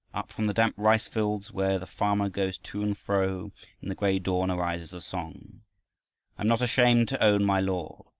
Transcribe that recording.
up from the damp rice-fields, where the farmer goes to and fro in the gray dawn, arises a song i'm not ashamed to own my lord,